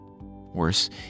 Worse